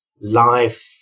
life